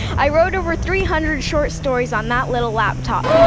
i wrote over three hundred short stories on that little laptop,